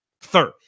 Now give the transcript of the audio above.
third